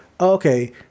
okay